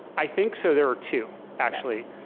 i think so. there were two, actually.